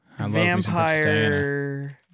Vampire